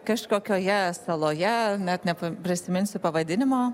kažkokioje saloje net neprisiminsiu pavadinimo